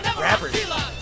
rappers